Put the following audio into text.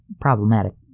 problematic